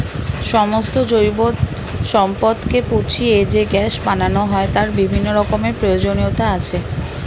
সমস্ত জৈব সম্পদকে পচিয়ে যে গ্যাস বানানো হয় তার বিভিন্ন রকমের প্রয়োজনীয়তা আছে